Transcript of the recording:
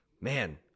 man